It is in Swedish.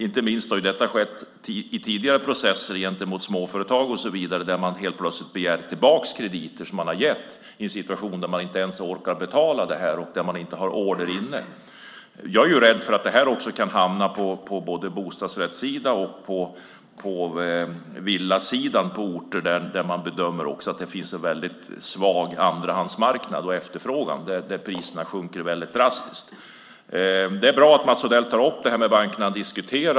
Inte minst har detta skett i tidigare processer gentemot småföretag. Man begär helt plötsligt tillbaka krediter som man har gett i en situation när företagen inte orkar betala dem och inte har order inne. Jag är rädd att det här kan drabba både bostadsrätter och villor på orter där man bedömer att det finns en väldigt svag andrahandsmarknad och efterfrågan och där priserna sjunker väldigt drastiskt. Det är bra att Mats Odell tar upp detta med bankerna.